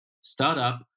startup